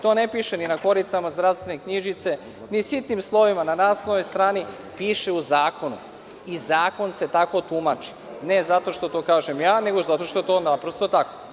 To ne piše ni na koricama zdravstvene knjižice, ni sitnim slovima na naslovnoj strani, piše u zakonu, i zakon se tako tumači, ne zato što to kažem ja, nego zato što je to naprosto tako.